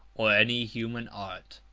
or any human art.